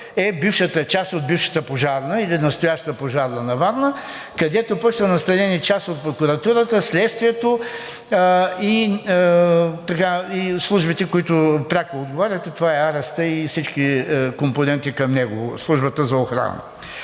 е бившата част от бившата пожарна или настоящата пожарна на Варна, където пък са настанени част от прокуратурата, следствието и службите, които пряко отговарят, а това е арестът и всички компоненти към него – службата за охрана.